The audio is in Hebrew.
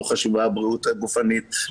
לא חשובה הבריאות הגופנית,